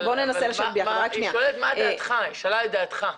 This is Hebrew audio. היא שאלה לדעתך.